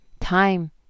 time